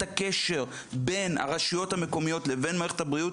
הקשר בין הרשויות המקומיות לבין מערכת הבריאות.